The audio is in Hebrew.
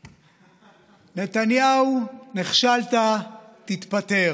נתניהו, נכשלת, תתפטר.